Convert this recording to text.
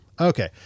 Okay